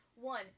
One